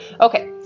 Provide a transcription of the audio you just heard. okay